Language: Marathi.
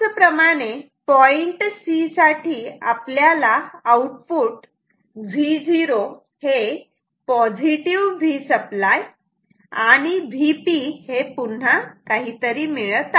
तसेच पॉईंट C साठी आपल्याला आउटपुट Vo हे Vसप्लाय आणि Vp हे पुन्हा काहीतरी मिळत आहे